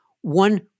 one